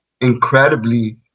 incredibly